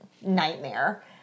nightmare